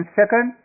second